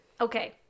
Okay